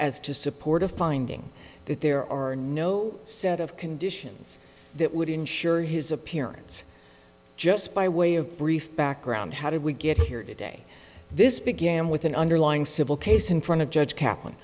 as to support a finding that there are no set of conditions that would ensure his appearance just by way of brief background how did we get here today this began with an underlying civil case in front of judge kaplan